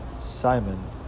Simon